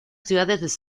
ciudades